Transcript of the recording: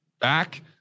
back